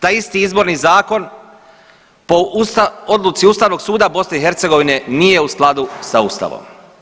Taj isti izborni zakon po odluci Ustavnog suda BiH nije u skladu sa Ustavom.